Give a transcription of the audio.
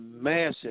massive